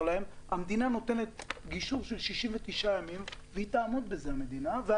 המדינה נותנת גישור של 69 ימים והיא תעמוד בזה אני מניח,